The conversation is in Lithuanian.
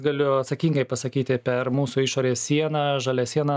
galiu atsakingai pasakyti per mūsų išorės sieną žalia siena